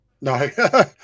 No